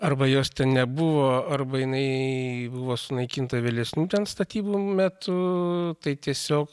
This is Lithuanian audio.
arba jos nebuvo arba jinai buvo sunaikinta vėlesnių ten statybų metu tai tiesiog